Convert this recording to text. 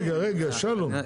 רגע רגע שלום.